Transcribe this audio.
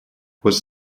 was